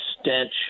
stench